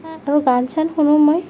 আৰু গান চান শুনো মই